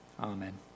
Amen